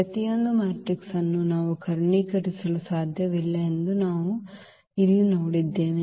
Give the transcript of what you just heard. ಪ್ರತಿಯೊಂದು ಮ್ಯಾಟ್ರಿಕ್ಸ್ ಅನ್ನು ನಾವು ಕರ್ಣೀಕರಿಸಲು ಸಾಧ್ಯವಿಲ್ಲ ಎಂದು ನಾವು ಇಲ್ಲಿ ನೋಡಿದ್ದೇವೆ